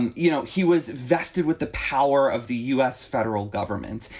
and you know, he was vested with the power of the u s. federal government.